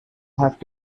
have